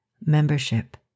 membership